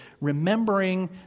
remembering